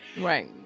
Right